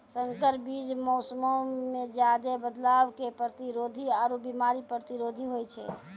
संकर बीज मौसमो मे ज्यादे बदलाव के प्रतिरोधी आरु बिमारी प्रतिरोधी होय छै